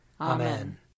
Amen